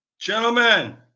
Gentlemen